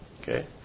Okay